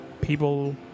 People